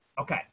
Okay